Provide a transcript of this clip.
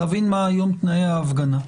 להבין מה היום תנאי ההפגנה.